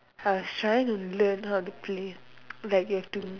I was trying to learn how to play like you have to